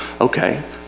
okay